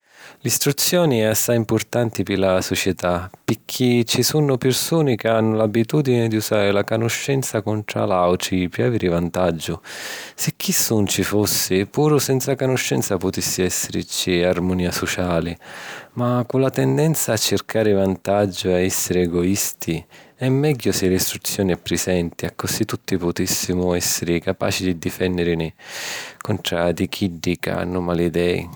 L’istruzioni è assai impurtanti pi la sucità, picchì ci sunnu pirsuni ca hannu l’abitùdini di usari la canuscenza contra l’àutri pi aviri vantaggiu. Si chistu nun ci fussi, puru senza canuscenza putissi èssirici armonìa suciali. Ma cu la tendenza a circari vantaggiu e a èssiri egoisti, è megghiu si l’istruzioni è prisenti accussì tutti putìssimu èssiri capaci di difènnirini contra di chiddi ca hannu mali idei.